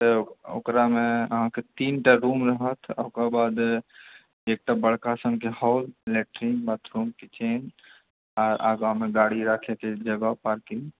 तऽ ओकरामे अहाँकेँ तीनटा रूम रहत ओकर बाद एकटा बड़का सनके हॉल लैट्रिन बाथरूम कीचेन आर आगाँमे गाड़ी राखके जगह पार्किंग